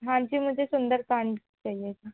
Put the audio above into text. हाँ जी मुझे सुंदरकांड चाहिए था